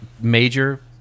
major